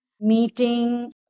meeting